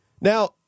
Now